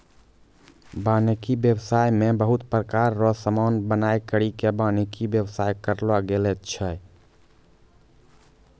वानिकी व्याबसाय मे बहुत प्रकार रो समान बनाय करि के वानिकी व्याबसाय करलो गेलो छै